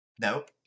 Nope